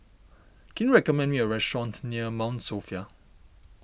can you recommend me a restaurant near Mount Sophia